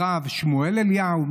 הרב שמואל אליהו,